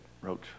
Roach